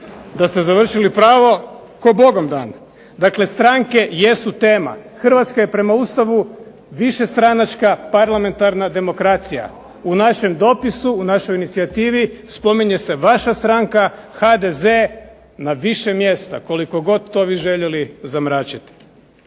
da ste završili pravo ko Bogom dan. Dakle stranke jesu tema. Hrvatska je prema Ustavu višestranačka parlamentarna demokracija. U našem dopisu, u našoj inicijativi spominje se vaša stranka HDZ na više mjesta, koliko god to vi željeli zamračiti.